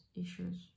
issues